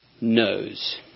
knows